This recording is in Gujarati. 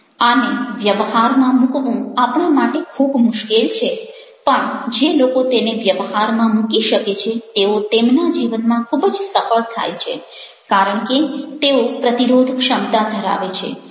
આને વ્યવહારમાં મૂકવું આપણા માટે ખૂબ મુશ્કેલ છે પણ જે લોકો તેને વ્યવહારમાં મૂકી શકે છે તેઓ તેમના જીવનમાં ખૂબ જ સફળ થાય છે કારણ કે તેઓ પ્રતિરોધક્ષમતા ધરાવે છે